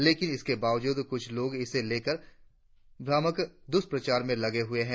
लेकिन इसके बावजूद कुछ लोग इसे लेकर न्रामक दुष्प्रचार में लगे हुए हैं